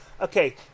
Okay